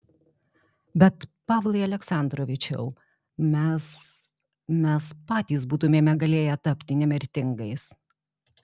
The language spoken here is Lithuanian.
bet pavlai aleksandrovičiau mes mes patys būtumėme galėję tapti nemirtingais